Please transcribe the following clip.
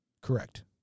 Correct